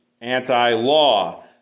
anti-law